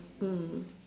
mm